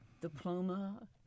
diploma